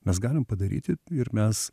mes galim padaryti ir mes